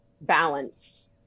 balance